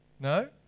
No